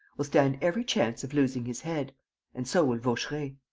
will stand every chance of losing his head and so will vaucheray.